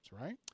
right